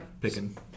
picking